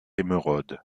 émeraude